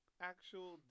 actual